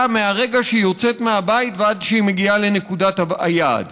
מהרגע שהיא יוצאת מהבית ועד שהיא מגיעה לנקודת היעד.